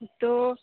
ᱛᱳ